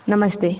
नमस्ते